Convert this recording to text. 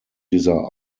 dieser